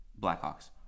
Blackhawks